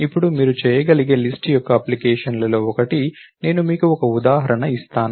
ఇప్పుడు మీరు చేయగలిగే లిస్ట్ యొక్క అప్లికేషన్లలో ఒకటి నేను మీకు ఒక ఉదాహరణ ఇస్తాను